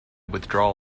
withdraw